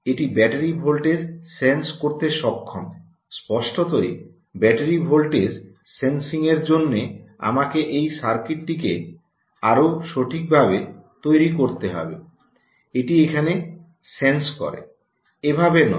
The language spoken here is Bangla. এটি ব্যাটারি ভোল্টেজ সেন্স করতে সক্ষম স্পষ্টতই ব্যাটারি ভোল্টেজ সেন্সিং এর জন্য আমাকে এই সার্কিটটিকে আরও সঠিকভাবে তৈরি করতে হবে এটি এখানে সেন্স করে এভাবে নয়